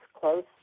close